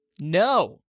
No